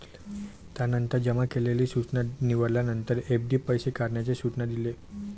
त्यानंतर जमा केलेली सूचना निवडल्यानंतर, एफ.डी पैसे काढण्याचे सूचना दिले